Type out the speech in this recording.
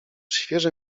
świeże